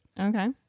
Okay